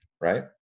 right